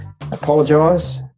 Apologise